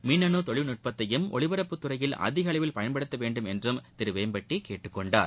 மின்னு தொழில்நுட்பத்தையும் ஒலிபரப்புத் துறையில அதிகளவில் பயன்படுத்தவேண்டும் என்றும் திரு வேம்பட்டி கேட்டுக்கொண்டார்